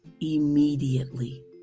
immediately